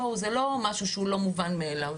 זה לא משהו שהוא לא מובן מאליו.